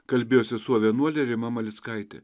kalbėjo sesuo vienuolė rima malickaitė